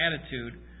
attitude